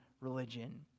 religion